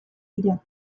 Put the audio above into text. dira